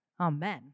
Amen